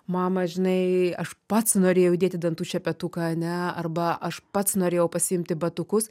mama žinai aš pats norėjau dėti dantų šepetuką ane arba aš pats norėjau pasiimti batukus